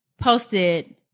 posted